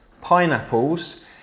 pineapples